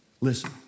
Listen